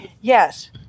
Yes